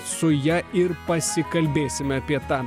su ja ir pasikalbėsime apie tą